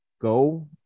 go